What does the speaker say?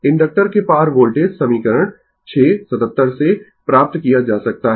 inductor के पार voltage समीकरण 6 77 से प्राप्त किया जा सकता है